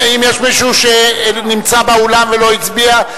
האם יש מישהו שנמצא באולם ולא הצביע?